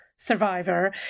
survivor